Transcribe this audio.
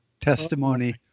testimony